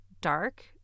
dark